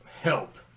help